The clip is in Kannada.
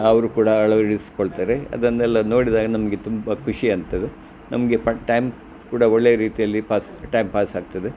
ಅವರು ಕೂಡ ಅಳವಡಿಸ್ಕೊಳ್ತಾರೆ ಅದನ್ನೆಲ್ಲ ನೋಡಿದಾಗ ನಮಗೆ ತುಂಬ ಖುಷಿ ಆಗ್ತದೆ ನಮಗೆ ಪರ್ ಟೈಮ್ ಕೂಡ ಒಳ್ಳೆ ರೀತಿಯಲ್ಲಿ ಪಾಸ್ ಟೈಮ್ ಪಾಸ್ ಆಗ್ತದೆ